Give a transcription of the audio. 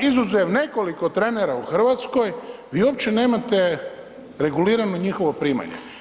Izuzev nekoliko trenera u Hrvatskoj, vi uopće nemate regulirano njihovo primanje.